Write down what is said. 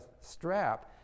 strap